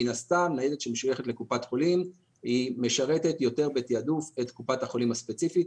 מן הסתם ניידת כזו משרתת בתיעדוף את קופת החולים הספציפית.